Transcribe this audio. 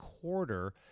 quarter